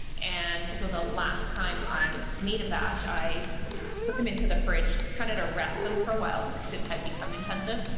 and so the last time i made a batch, i put them into the fridge, kind of to rest them for a while, just cuz it had become intensive,